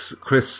Chris